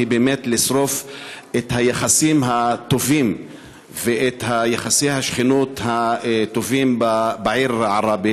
היא באמת לשרוף את היחסים הטובים ואת יחסי השכנות הטובים בעיר עראבה